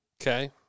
Okay